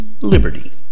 liberty